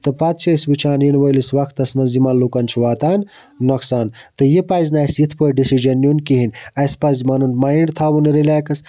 تہٕ پَتہٕ چھِ أسۍ وٕچھان یِنہٕ وٲلِس وَقتَس مَنٛز یِمَن لُکَن چھِ واتان نۄقصان تہٕ پَزِ نہٕ اَسہِ یِتھ پٲٹھۍ ڈیسِجَن نیُن کِہیٖنۍ اَسہِ پَزِ پَنُن مایِنٛڈ تھاوُن رِلیکس